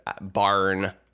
barn